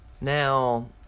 Now